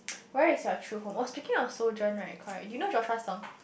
where is your true home oh speaking of sojourn right correct do you know Joshua Song